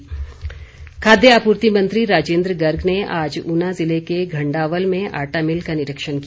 राजेन्द्र गर्ग खाद्य आपूर्ति मंत्री राजेन्द्र गर्ग ने आज ऊना ज़िला के घंडावल में आटा मिल का निरीक्षण किया